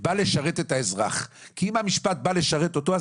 בא לשרת את האזרח כי אם המשפט בא לשרת אותו,